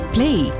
Play